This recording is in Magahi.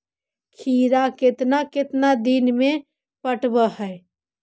खिरा केतना केतना दिन में पटैबए है?